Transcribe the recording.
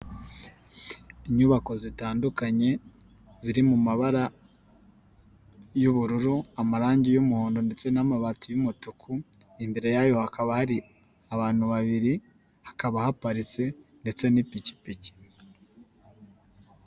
Inyubako zitandukanye, ziri mu mabara y'ubururu, amarangi y'umuhondo ndetse n'amabati y'umutuku, imbere yayo hakaba hari abantu babiri, hakaba haparitse ndetse n'ipikipiki.